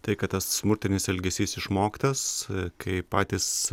tai kad tas smurtinis elgesys išmoktas kaip patys